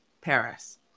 Paris